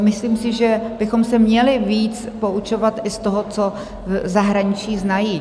Myslím si, že bychom se měli víc poučovat i z toho, co v zahraničí znají.